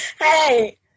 Hey